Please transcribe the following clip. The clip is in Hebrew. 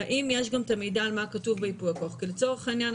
האם יש גם את המידע על מה כתוב בייפוי הכוח כי לצורך העניין,